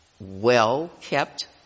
well-kept